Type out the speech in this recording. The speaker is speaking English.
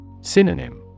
Synonym